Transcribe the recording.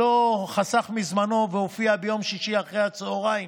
שלא חסך מזמנו והופיע ביום שישי אחרי הצוהריים